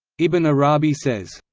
ibn arabi says,